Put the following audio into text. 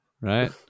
right